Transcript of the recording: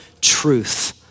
truth